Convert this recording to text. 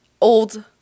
old